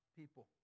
people